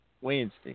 Wednesday